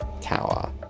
tower